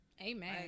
Amen